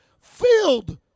filled